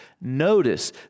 Notice